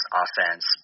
offense